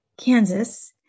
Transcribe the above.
Kansas